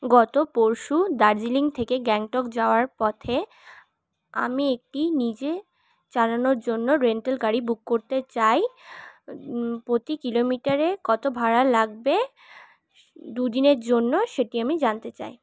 গত পরশু দার্জিলিং থেকে গ্যাংটক যাওয়ার পথে আমি একটি নিজে চালানোর জন্য রেন্টাল গাড়ি বুক করতে চাই প্রতি কিলোমিটারে কত ভাড়া লাগবে দু দিনের জন্য সেটি আমি জানতে চাই